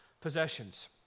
possessions